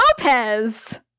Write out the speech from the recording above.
Lopez